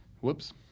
Whoops